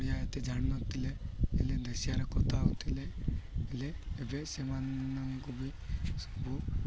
ଓଡ଼ିଆ ଏତେ ଜାଣି ନଥିଲେ ହେଲେ ଦେଶିଆର କଥା ହେଉଥିଲେ ହେଲେ ଏବେ ସେମାନଙ୍କୁ ବି ସବୁ